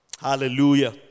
Hallelujah